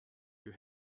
you